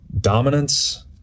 dominance